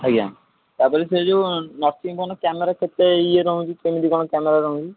ଆଜ୍ଞା ତାପରେ ସେ ଯୋଉ ଫୋନ୍ କ୍ୟାମେରା କେତେ ଇଏ ରହୁଛି କେତେ କଣ କ୍ୟାମେରା ରହୁଛି